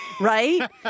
right